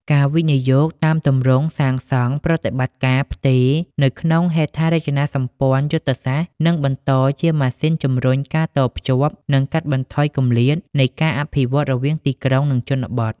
ការវិនិយោគតាមទម្រង់ សាងសង់-ប្រតិបត្តិការ-ផ្ទេរនៅក្នុងហេដ្ឋារចនាសម្ព័ន្ធយុទ្ធសាស្ត្រ នឹងបន្តជាម៉ាស៊ីនជំរុញការតភ្ជាប់ និងកាត់បន្ថយគម្លាតនៃការអភិវឌ្ឍរវាងទីក្រុង និងជនបទ។